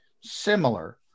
similar